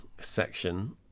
section